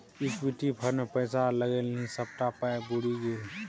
equity fund मे पैसा लगेलनि सभटा पाय बुरि गेल